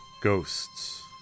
Ghosts